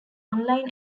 online